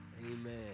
Amen